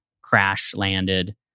crash-landed